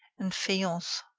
and faience.